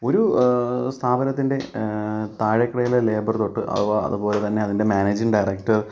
ഒരു സ്ഥാപനത്തിൻ്റെ താഴേക്കിടയിലെ ലേബറ് തൊട്ട് അഥവാ അതുപോലെത്തന്നെ അതിൻ്റെ മാനേജിങ്ങ് ഡയറക്റ്റർ